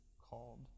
called